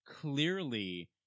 clearly